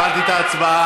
הפעלתי את ההצבעה.